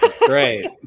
Great